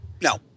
No